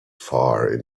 far